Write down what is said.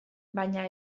baina